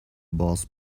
boss